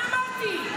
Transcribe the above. מה אמרת לי עכשיו?